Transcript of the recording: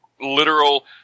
literal